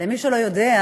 למי שלא יודע,